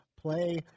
play